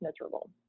miserable